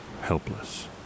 helpless